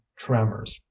trammers